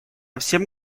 всем